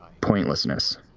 pointlessness